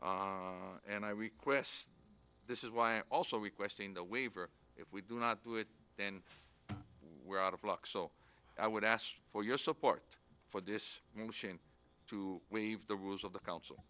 question this is why i'm also requesting the waiver if we do not do it then we're out of luck so i would ask for your support for this machine to weave the rules of the council